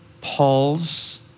Paul's